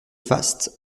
faste